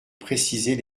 préciser